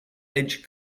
edge